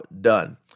done